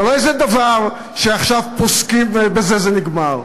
זה לא איזה דבר שעכשיו פוסקים ובזה זה נגמר.